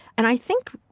and i think,